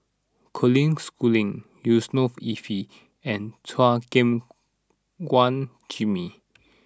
Colin Schooling Yusnor Ef and Chua Gim Guan Jimmy